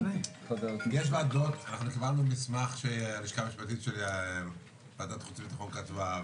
קיבלנו מסמך שהלשכה המשפטית של ועדת החוץ וביטחון כתבה,